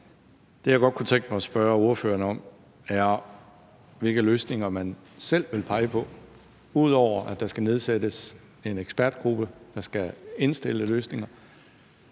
Det, jeg godt kunne tænke mig at spørge ordføreren om, er, hvilke løsninger man selv vil pege på, ud over at der skal nedsættes en ekspertgruppe, der skal komme med